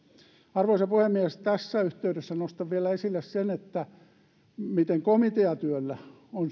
arvoisa puhemies tässä yhteydessä nostan vielä esille sen miten komiteatyöllä